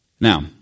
now